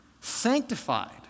Sanctified